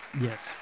Yes